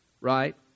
right